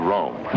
Rome